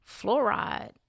fluoride